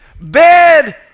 bed